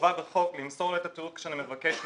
חובה בחוק למסור את התיעוד כשאני מבקש ממנו.